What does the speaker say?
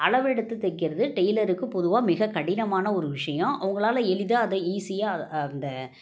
அளவெடுத்து தைக்கிறது டெய்லருக்கு பொதுவாக மிகக் கடினமான ஒரு விஷயம் அவங்களால எளிதாக அதை ஈஸியாக அது அந்த